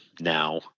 Now